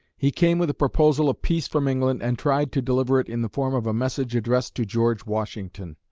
he came with a proposal of peace from england and tried to deliver it in the form of a message addressed to george washington.